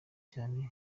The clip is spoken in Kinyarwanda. cyane